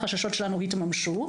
החששות שלנו התממשו,